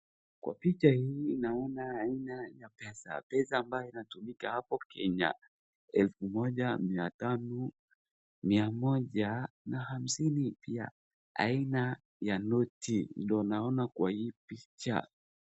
Kwa picha hii naona aina ya pesa. Pesa ambayo inatumika hapo Kenya elfu moja, mia tano, mia moja na hamsini pia. Aina ya noti do naona kwa hii picha.